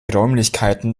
räumlichkeiten